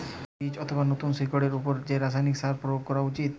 বীজ অথবা নতুন শিকড় এর উপর কি রাসায়ানিক সার প্রয়োগ করা উচিৎ?